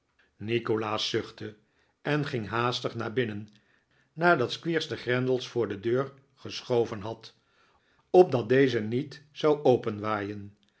nikolaas zuchtte en ging haastig naar binnen nadat squeers de grendels voor de deur geschoven had opdat deze niet zou